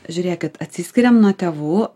žiūrėkit atsiskiriam nuo tėvų